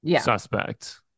suspect